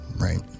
Right